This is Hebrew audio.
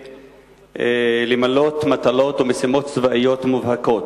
למלא מטלות ומשימות צבאיות מובהקות.